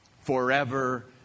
forever